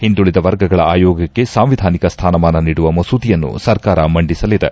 ಹಿಂದುಳದ ವರ್ಗಗಳ ಆಯೋಗಕ್ಕೆ ಸಾಂವಿಧಾನಿಕ ಸ್ನಾನಮಾನ ನೀಡುವ ಮಸೂದೆಯನ್ನು ಸರ್ಕಾರ ಮಂಡಿಸಲಿದೆ